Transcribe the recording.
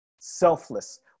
selfless